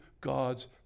God's